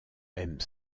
aime